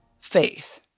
faith